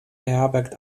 beherbergt